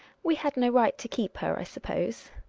we had no right to keep her, i suppose.